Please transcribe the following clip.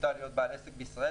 פשוטה להיות בעל עסק בישראל,